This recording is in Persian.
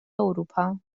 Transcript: اروپا